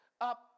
up